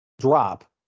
drop